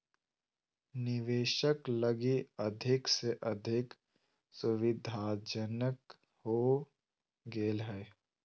निवेशक लगी अधिक से अधिक सुविधाजनक हो गेल हइ